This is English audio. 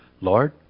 Lord